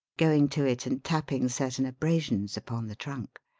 going to it and tapping certain abrasions upon the trunk.